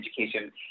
education